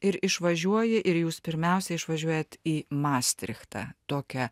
ir išvažiuoji ir jūs pirmiausia išvažiuojat į mastrichtą tokią